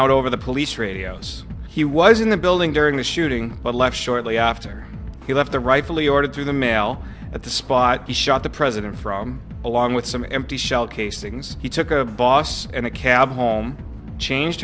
out over the police radios he was in the building during the shooting but left shortly after he left the rightfully ordered through the mail at the spot he shot the president from along with some empty shell casings he took a boss and a cab home changed